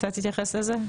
תתייחס לזה?